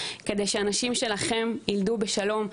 כדי שהנשים שלכם יילדו בשלום,